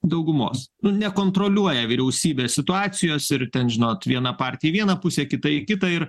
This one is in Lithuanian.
daugumos nu nekontroliuoja vyriausybės situacijos ir ten žinot viena partija į vieną pusę kita į kitą ir